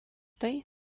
tai